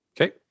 Okay